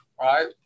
right